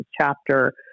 chapter